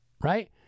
right